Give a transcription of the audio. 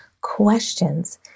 questions